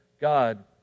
God